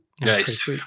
Nice